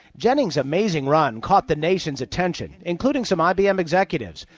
jennings' amazing run caught the nation's attention, including some ibm executives,